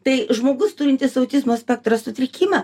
tai žmogus turintis autizmo spektro sutrikimą